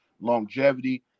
longevity